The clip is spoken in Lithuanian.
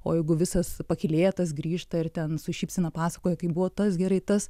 o jeigu visas pakylėtas grįžta ir ten su šypsena pasakoja kaip buvo tas gerai tas